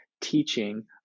teaching